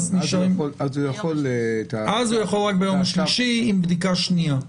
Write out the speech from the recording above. אז הוא יכול ביום השלישי עם בדיקה שנייה.